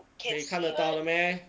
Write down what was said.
可以看得到的 meh